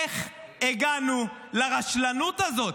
איך הגענו לרשלנות הזאת?